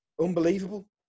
Unbelievable